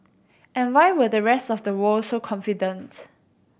and why were the rest of the world so confident